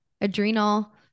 adrenal